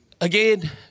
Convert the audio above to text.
Again